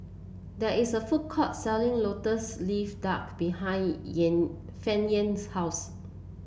there is a food court selling lotus leaf duck behind Fannye's house